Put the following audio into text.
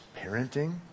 parenting